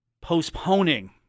postponing